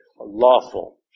lawful